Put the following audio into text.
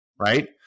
right